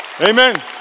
Amen